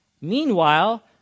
Meanwhile